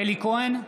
אלי כהן,